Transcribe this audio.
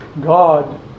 God